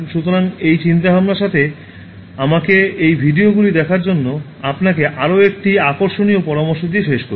সুতরাং এই চিন্তাভাবনার সাথে আমাকে এই ভিডিওগুলি দেখার জন্য আপনাকে আরও একটি আকর্ষণীয় পরামর্শ দিয়ে শেষ করি